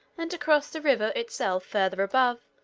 and to cross the river itself further above,